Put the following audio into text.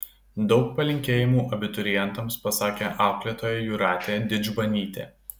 daug palinkėjimų abiturientams pasakė auklėtoja jūratė didžbanytė